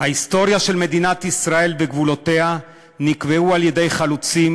ההיסטוריה של מדינת ישראל וגבולותיה נקבעו על-ידי חלוצים